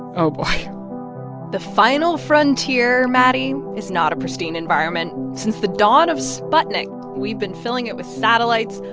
oh, boy the final frontier, maddie, is not a pristine environment. since the dawn of sputnik, we've been filling it with satellites,